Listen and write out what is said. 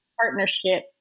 partnership